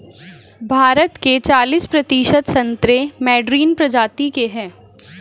भारत के चालिस प्रतिशत संतरे मैडरीन प्रजाति के हैं